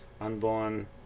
unborn